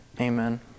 Amen